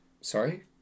Sorry